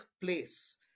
place